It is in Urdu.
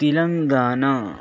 تلنگانہ